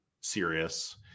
serious